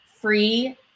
free